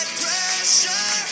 pressure